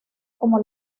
como